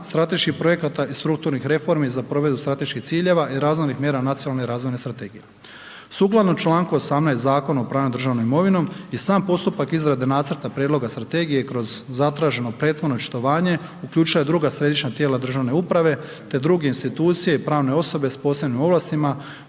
strateških projekata i strukturnih reformi za provedbu strateških ciljeva i razvojnih mjera nacionalne razvojne strategije. Sukladno članku 18. Zakona o upravljanju državnom imovinom je sam postupak izrade Nacrta prijedloga strategije kroz zatraženo prethodno očitovanje uključuje druga središnja tijela državne uprave te druge institucije i pravne osobe sa posebnim ovlastima